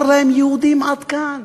הוא אמר להם: יהודים, עד כאן.